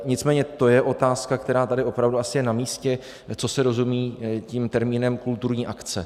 Nicméně to je otázka, která tady je asi opravdu namístě, co se rozumím tím termínem kulturní akce.